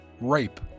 rape